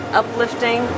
uplifting